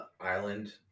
island